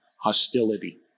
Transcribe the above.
hostility